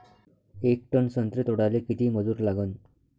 येक टन संत्रे तोडाले किती मजूर लागन?